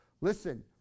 Listen